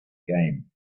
game